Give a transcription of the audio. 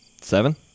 Seven